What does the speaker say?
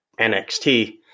NXT